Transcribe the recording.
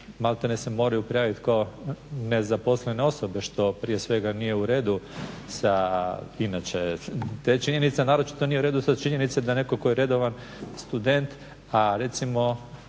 malte ne se moraju prijavit kao nezaposlene osobe što prije svega nije uredu sa inače te činjenice, a naročito da nije uredu da činjenice da netko tko je redovan student a recimo